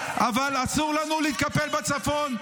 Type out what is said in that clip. אבל אסור לנו להתקפל בצפון.